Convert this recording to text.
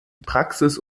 praxis